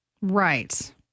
Right